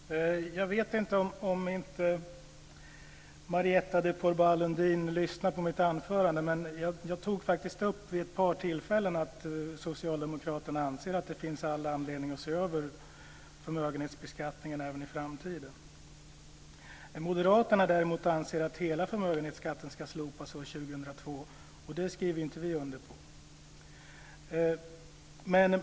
Herr talman! Jag vet inte om Marietta de Pourbaix-Lundin lyssnade på mitt anförande. Jag tog faktist vid ett par tillfällen upp att socialdemokraterna anser att det finns all anledning att se över förmögenhetsbeskattningen även i framtiden. Moderaterna däremot anser att hela förmögenhetsskatten ska slopas år 2002. Men det skriver inte vi under på.